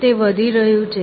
તે વધી રહ્યું છે